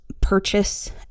purchase